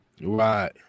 Right